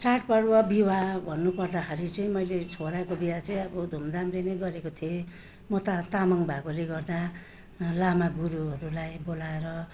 चाडपर्व विवाह भन्नु पर्दाखेरि चाहिँ मैले छोराको बिहे चाहिँ अब धुमधामले नै गरेको थिएँ म त तामाङ भएकोले गर्दा लामा गुरुहरूलाई बोलाएर